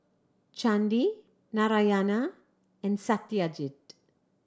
Chandi Narayana and Satyajit